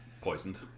poisoned